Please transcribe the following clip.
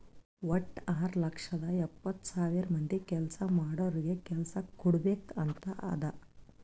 ವಟ್ಟ ಆರ್ ಲಕ್ಷದ ಎಪ್ಪತ್ತ್ ಸಾವಿರ ಮಂದಿ ಕೆಲ್ಸಾ ಮಾಡೋರಿಗ ಕೆಲ್ಸಾ ಕುಡ್ಬೇಕ್ ಅಂತ್ ಅದಾ